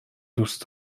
دوست